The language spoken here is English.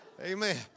Amen